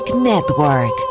Network